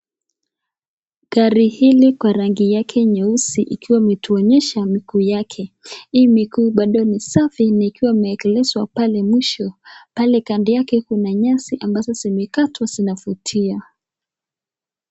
Gari hili kwa rangi yake nyeusi ikiwa imetuonyesha miguu yake. Hii miguu bado ni safi na ikiwa imeekelezwa pale mwisho. Pale kando yake kuna nyasi ambazo zimekatwa zinavutia.